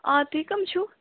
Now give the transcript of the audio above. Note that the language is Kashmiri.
آ تُہۍ کٕم چھُو